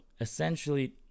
essentially